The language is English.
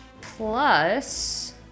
plus